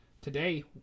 today